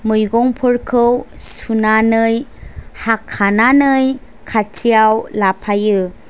मैगंफोरखौ सुनानै हाखानानै खाथियाव लाफायो